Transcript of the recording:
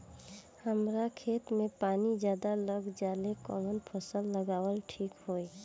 हमरा खेत में पानी ज्यादा लग जाले कवन फसल लगावल ठीक होई?